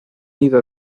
ido